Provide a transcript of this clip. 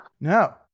no